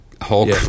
Hulk